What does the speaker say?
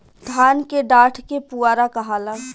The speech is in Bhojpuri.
धान के डाठ के पुआरा कहाला